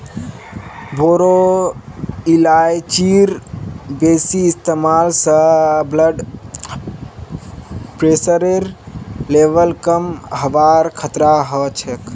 बोरो इलायचीर बेसी इस्तमाल स ब्लड प्रेशरेर लेवल कम हबार खतरा ह छेक